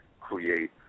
create